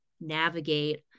navigate